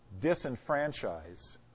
disenfranchise